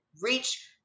reach